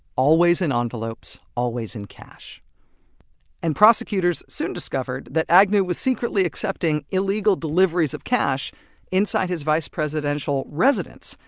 always in envelopes. always in cash and prosecutors soon discovered that agnew was secretly accepting illegal deliveries of cash inside his vice presidential residence,